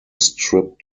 stripped